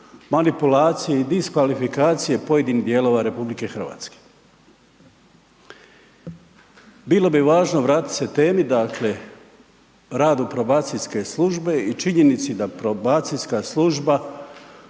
manipulacije i diskvalifikacije pojedinih dijelova RH. Bilo bi važno vratit se temi, dakle radu probacijske službe i činjenici da probacijska služba